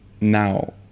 now